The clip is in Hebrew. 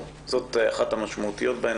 זאת אחת המשמעותיות בהן,